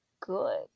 good